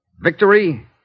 Victory